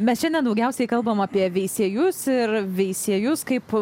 mes šiandien daugiausiai kalbame apie veisiejus ir veisiejus kaip